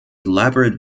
elaborate